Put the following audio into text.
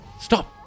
stop